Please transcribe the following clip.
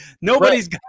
Nobody's